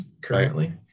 Currently